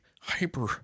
hyper